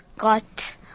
got